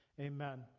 Amen